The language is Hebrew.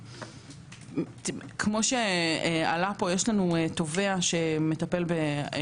כמו שעלה פה יש לנו תובע שמטפל גם